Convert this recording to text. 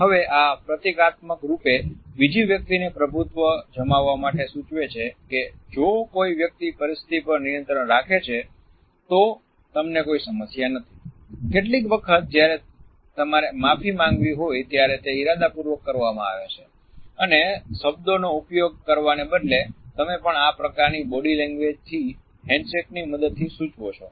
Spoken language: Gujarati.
હવે આ પ્રતીકાત્મક રૂપે બીજી વ્યક્તિને પ્રભુત્વ જમવામાં માટે સૂચવે છે કે જો કોઈ વ્યક્તિ પરિસ્થિતિ પર નિયંત્રણ રાખે છે તો તમને કોઈ સમસ્યા નથી કેટલીક વખત જ્યારે તમારે માફી માંગવી હોય ત્યારે તે ઇરાદાપૂર્વક કરવામાં આવે છે અને શબ્દોનો ઉપયોગ કરવાને બદલે તમે પણ આ પ્રકારના બોડી લેંગ્વેજ થી હેન્ડશેકની મદદથી સૂચવો છો